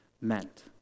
meant